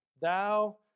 thou